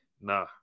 Nah